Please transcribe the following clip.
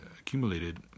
accumulated